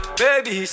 baby